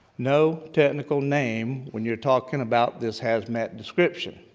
no technical name when you're talking about this hazmat description.